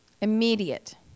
Immediate